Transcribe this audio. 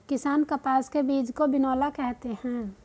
किसान कपास के बीज को बिनौला कहते है